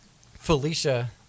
Felicia